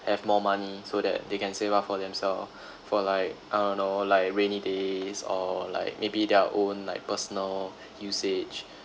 have more money so that they can save up for themself for like I don't know like rainy days or like maybe their own like personal usage